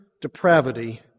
depravity